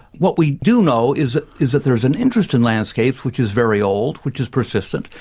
what we do know is is that there's an interest in landscapes which is very old, which is persistent,